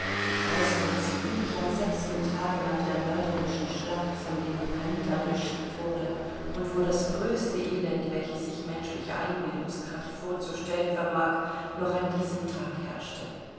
roßnitz wohin ich am sechsten tage nach der mörderischen schlacht von den johannitern geschickt wurde und wo das größte elend welches sich menschliche einbildungskraft vorzustellen vermag noch an diesem tage herrschte